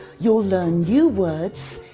you'll learn new words,